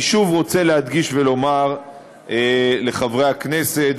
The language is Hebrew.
אני שוב רוצה להדגיש ולומר לחברי הכנסת,